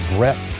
Brett